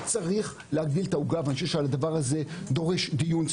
צריך להגדיל את העוגה ואני חושב שהדבר הזה דורש דיון,